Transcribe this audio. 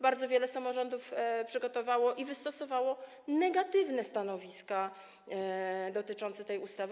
Bardzo wiele samorządów przygotowało i wystosowało negatywne stanowiska dotyczące tej ustawy.